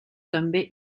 també